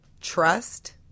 trust